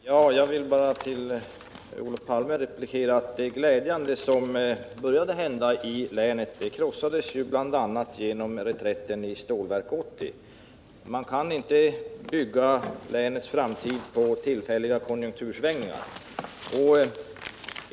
Herr talman! Jag vill bara till Olof Palme replikera att det glädjande som började hända i länet krossades bl.a. genom reträtten i fråga om Stålverk 80. Man kan inte bygga länets framtid på tillfälliga konjunktursvängningar.